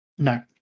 No